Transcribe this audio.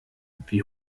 wie